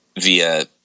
via